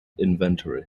inventory